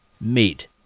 meat